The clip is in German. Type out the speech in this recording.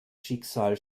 schicksal